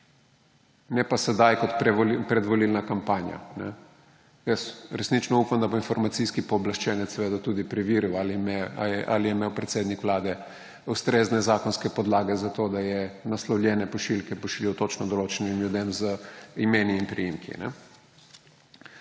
ne pa zdaj kot predvolilna kampanja. Jaz resnično upam, da bo Informacijski pooblaščenec tudi preveril, ali je imel predsednik Vlade ustrezne zakonske podlage za to, da je naslovljene pošiljke pošiljal točno določenim ljudem z imeni in priimki.